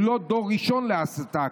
הוא לא דור ראשון להסתה,